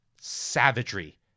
savagery